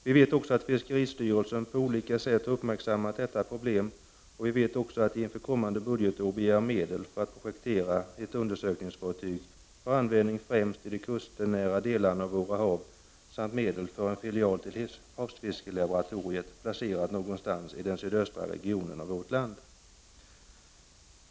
Fiskeristyrelsen har också på olika sätt uppmärksammat detta problem och har inför kommande budgetår begärt medel för att projektera ett undersökningsfartyg för användning främst ide kustnära delarna av våra hav samt medel för en filial till havsfiskelaboratoriet i den sydöstra regionen av vårt land.